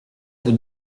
vous